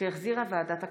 שהחזירה ועדת הכספים.